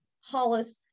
hollis